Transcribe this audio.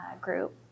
group